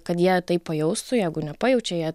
kad jie tai pajaustų jeigu nepajaučia jie